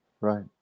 right